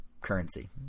currency